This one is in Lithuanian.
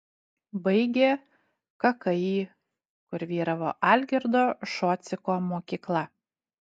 baigė kki kur vyravo algirdo šociko mokykla